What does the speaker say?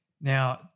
Now